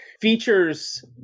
features